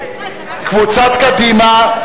קבוצת קדימה,